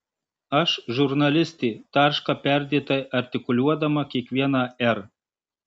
aš žurnalistė tarška perdėtai artikuliuodama kiekvieną r